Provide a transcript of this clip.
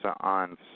on